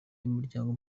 y’umuryango